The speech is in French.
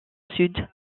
sud